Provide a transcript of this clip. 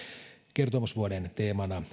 kertomusvuoden teemana